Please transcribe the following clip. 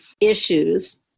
issues